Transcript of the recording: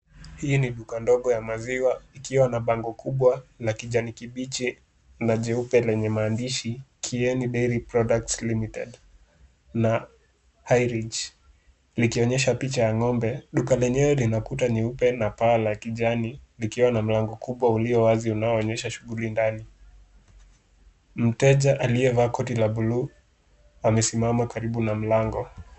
Hii ni duka ndogo ya maziwa ikiwa na bango kubwa na kijani kibichi na jeupe lenye maandishi , Kieni Dairy Products Limited na High Ridge likionyesha picha ya ng'ombe. Duka lenyewe lina kuta nyeupe na paa la kijani likiwa na mlango mkubwa ulio wazi unaoonyesha shughuli ndani. Mteja aliyevaa koti la buluu amesimama karibu na mlango.